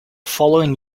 following